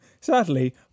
Sadly